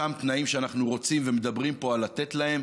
באותם תנאים שאנחנו רוצים, ומדברים פה על לתת להם.